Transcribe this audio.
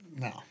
No